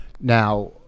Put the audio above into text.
Now